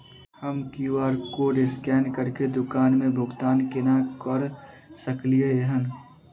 हम QR code scan करके दुकान मे भुगतान केना करऽ सकलिये एहन?